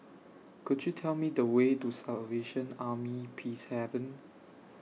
Could YOU Tell Me The Way to Salvation Army Peacehaven